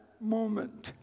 moment